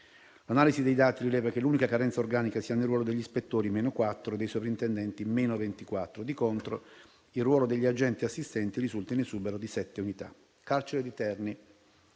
L'analisi dei dati rileva che l'unica carenza organica si ha nel ruolo degli ispettori (-4) e dei sovrintendenti (-24). Di contro, il ruolo degli agenti-assistenti risulta in esubero di 7 unità. Nel carcere di Terni